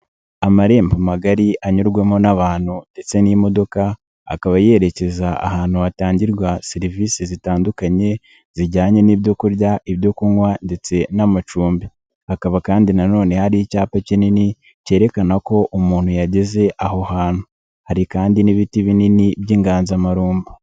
Amarembo magari anyurwamo n'abantu ndetse n'imodoka. Akaba yerekeza ahantu hatangirwa serivisi zitandukanye zijyanye n'ibyo kurya, ibyo kunywa ndetse n'amacumbi. Hakaba kandi nanone hari icyapa kinini kerekana ko umuntu yageze aho hantu. Hari kandi n'ibiti binini by'inganzamarumbo.